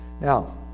Now